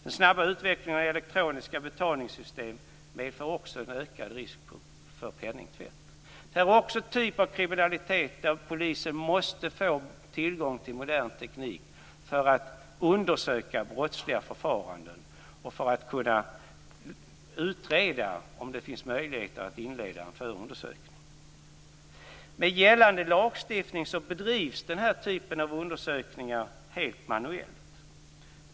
Den snabba utvecklingen när det gäller elektroniska betalningssystem medför också en ökad risk för penningtvätt. Det här är också en typ av kriminalitet där polisen måste få tillgång till modern teknik för att undersöka brottsliga förfaranden och för att kunna utreda om det finns möjlighet att inleda en förundersökning. Med gällande lagstiftning bedrivs den här typen av undersökningar helt manuellt.